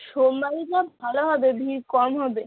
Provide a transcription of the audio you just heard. সোমবারে যা ভালো হবে ভিড় কম হবে